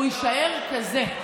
הוא יישאר כזה.